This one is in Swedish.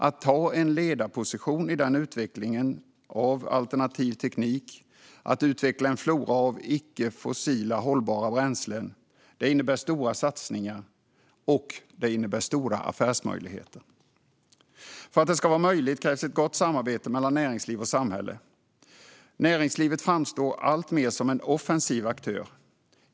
Att ta en ledarposition i utvecklingen av alternativ teknik och utveckla en flora av icke-fossila hållbara bränslen innebär stora satsningar och stora affärsmöjligheter. För att detta ska vara möjligt krävs ett gott samarbete mellan näringsliv och samhälle. Näringslivet framstår alltmer som en offensiv aktör.